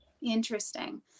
Interesting